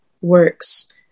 works